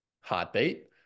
heartbeat